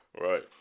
right